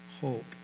hope